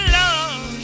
love